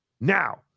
Now